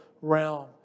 realm